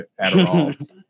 Adderall